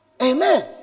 amen